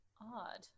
Odd